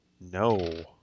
No